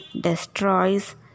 destroys